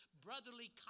brotherly